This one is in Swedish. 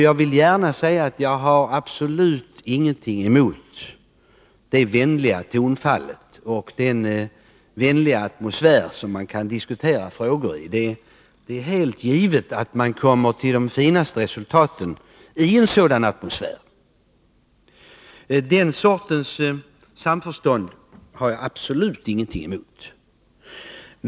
Jag vill gärna säga att jag absolut inte har något emot det vänliga tonfallet och den trivsamma atmosfär som man kan diskutera frågor i. Det är helt givet att man kommer till de finaste resultaten i en sådan atmosfär. Den sortens samförstånd har jag absolut ingenting emot.